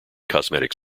cosmetic